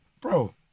bro